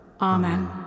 Amen